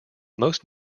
most